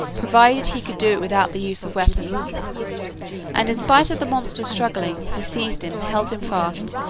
provided he could do it without the use of weapons and in spite of the monster's struggling, he seized him, held him fast,